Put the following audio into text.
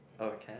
oh can